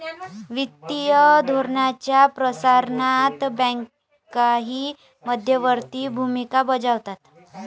वित्तीय धोरणाच्या प्रसारणात बँकाही मध्यवर्ती भूमिका बजावतात